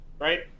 Right